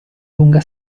lunga